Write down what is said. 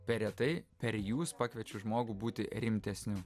per retai per jūs pakviečiu žmogų būti rimtesniu